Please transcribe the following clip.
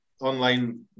online